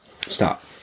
Stop